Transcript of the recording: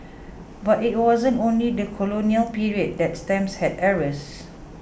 but it wasn't only the colonial period that stamps had errors